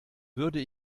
würde